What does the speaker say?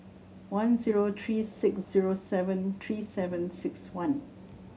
one zero three six zero seven three seven six one